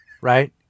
Right